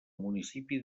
municipi